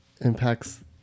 impacts